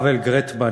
פייבל גרטמן,